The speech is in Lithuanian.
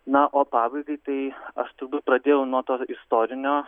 na o pabaigai tai aš turbūt pradėjau nuo to istorinio